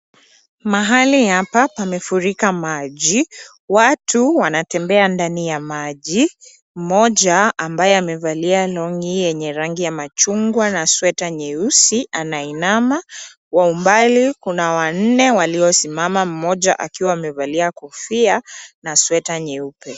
Mahali hapa pamefurika maji watu wanatembea ndani ya maji moja ambaye amevalia longi enye rangi ya majungwa na sweta nyeusi anainama kwa umbali kuna wanne waliosimama moja akiwa amevalia kofia na sweta nyeupe.